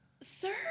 sir